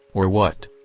or what?